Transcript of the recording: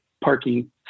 Parking